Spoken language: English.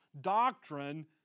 doctrine